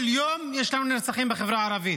כל יום יש לנו נרצחים בחברה הערבית,